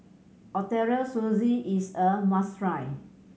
Ootoro Sushi is a must try